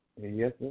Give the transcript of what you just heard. yes